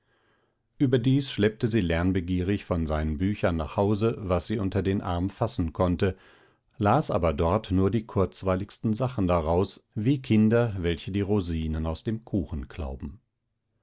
überdies schleppte sie lernbegierig von seinen büchern nach hause was sie unter den arm fassen konnte las aber dort nur die kurzweiligsten sachen daraus wie kinder welche die rosinen aus dem kuchen klauben